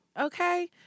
okay